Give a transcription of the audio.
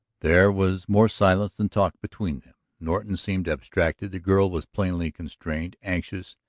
there was more silence than talk between them. norton seemed abstracted the girl was plainly constrained, anxious,